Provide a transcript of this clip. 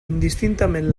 indistintament